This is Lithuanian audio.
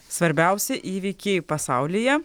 svarbiausi įvykiai pasaulyje